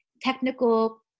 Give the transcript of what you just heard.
technical